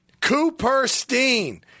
Cooperstein